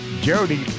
Jody